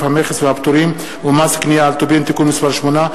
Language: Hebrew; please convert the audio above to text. המכס והפטורים ומס קנייה על טובין (תיקון מס' 8),